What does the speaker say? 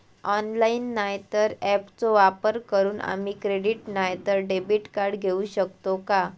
Online नाय तर ऍपचो वापर करून आम्ही क्रेडिट नाय तर डेबिट कार्ड घेऊ शकतो का?